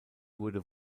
wurde